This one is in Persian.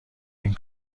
این